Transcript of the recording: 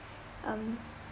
um